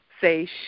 say